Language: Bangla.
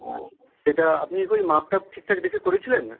ও সেটা আপনি কই মাপটা ঠিকঠাক দেখে করেছিলেন